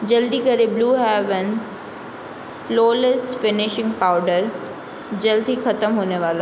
जल्दी करें blue heaven flawless finishing powder जल्द ही खत्म होने वाला है